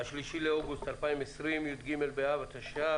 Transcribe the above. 3 באוגוסט 2020, י"ג באב התש"ף.